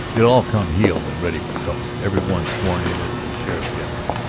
they'll all come heeled and ready for trouble, every one sworn in as a sheriff's deputy.